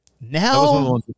Now